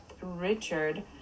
Richard